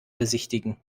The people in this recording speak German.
besichtigen